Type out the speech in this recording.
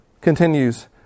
continues